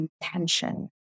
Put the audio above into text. intention